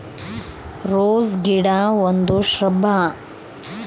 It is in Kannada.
ರೋಸ್ ಗಿಡ ಒಂದು ಶ್ರಬ್